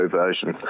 version